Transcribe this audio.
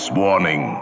warning